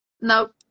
nope